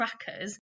trackers